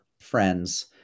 friends